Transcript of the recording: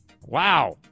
Wow